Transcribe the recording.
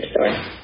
store